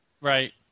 Right